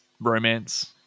romance